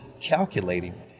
calculating